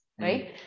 right